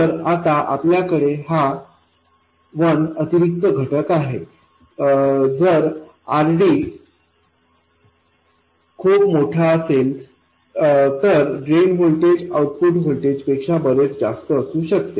तर आता आपल्याकडे 1 हा अतिरिक्त घटक आहे जर RD खूप मोठा असेल तर ड्रेन व्होल्टेज आउटपुट व्होल्टेजपेक्षा बरेच जास्त असू शकते